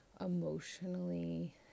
emotionally